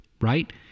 right